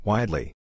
Widely